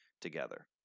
together